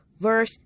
verse